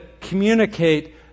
communicate